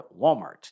Walmart